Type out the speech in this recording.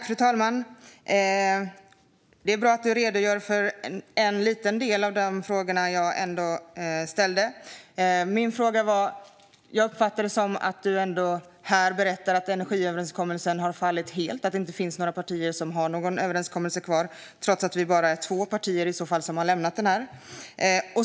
Fru talman! Det är bra att du redogör för en liten del av de frågor jag ställde, Patrik Engström. Min fråga gällde att jag uppfattade att du berättade här att energiöverenskommelsen har fallit helt och att det inte finns några partier som har någon överenskommelse kvar, trots att vi bara är två partier som har lämnat den.